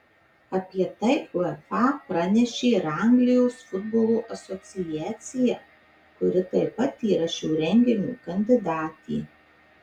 apie tai uefa pranešė ir anglijos futbolo asociacija kuri taip pat yra šio renginio kandidatė